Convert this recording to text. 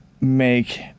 make